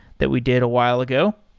that we did a while ago.